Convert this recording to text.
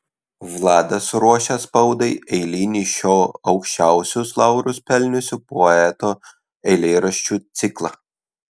vladas ruošė spaudai eilinį šio aukščiausius laurus pelniusio poeto eilėraščių ciklą